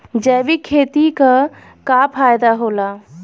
जैविक खेती क का फायदा होला?